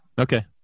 Okay